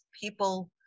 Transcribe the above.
people